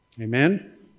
Amen